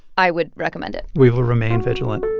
i would recommend it we will remain vigilant